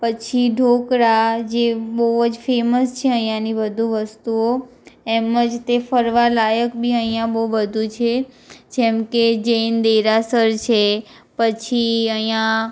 પછી ઢોકળા જે બહુ જ ફેમસ છે અહીંયાની બધુ વસ્તુઓ એમ જ તે ફરવાલાયક બી અહીંયા બહુ બધુ છે જેમકે જૈન દેરાસર છે પછી અહીંયા